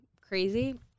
crazy